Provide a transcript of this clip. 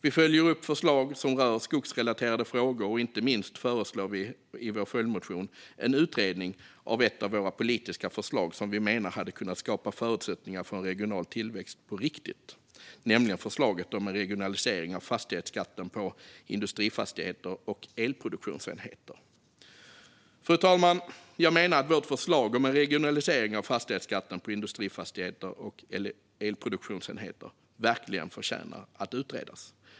Vi följer upp förslag som rör skogsrelaterade frågor. Inte minst föreslår vi också i vår följdmotion en utredning av ett av våra politiska förslag som vi menar hade kunnat skapa förutsättningar för en regional tillväxt på riktigt, nämligen förslaget om en regionalisering av fastighetsskatten på industrifastigheter och elproduktionsenheter. Fru talman! Jag menar att vårt förslag om en regionalisering av fastighetsskatten på industrifastigheter och elproduktionsenheter verkligen förtjänar att utredas.